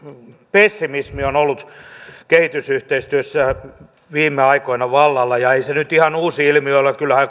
pessimismi on ollut kehitysyhteistyössä viime aikoina vallalla ei se nyt ihan uusi ilmiö ole kyllähän